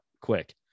quick